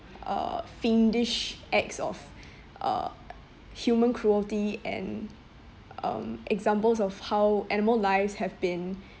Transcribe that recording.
uh fiendish acts of uh human cruelty and um examples of how animal lives have been